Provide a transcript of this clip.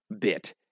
Bit